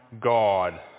God